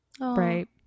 Right